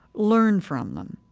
learn from them.